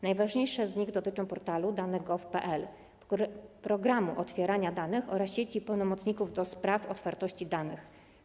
Najważniejsze z nich dotyczą portalu dane.gov.pl, programu otwierania danych oraz sieci pełnomocników do spraw otwartości danych.